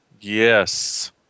Yes